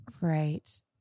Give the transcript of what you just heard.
right